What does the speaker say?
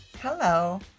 Hello